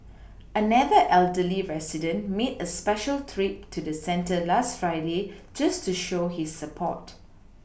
another elderly resident made a special trip to the centre last Friday just to show his support